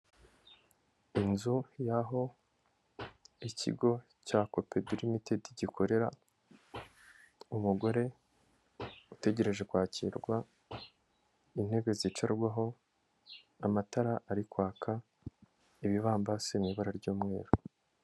Inzu y'aho ikigo cya kopedu limitedi gikorera, umugore utegereje kwakirwa, intebe zicarwaho, amatara ari kwaka, ibibambasi mu ibara ry'umweru.